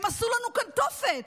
הם עשו לנו כאן תופת.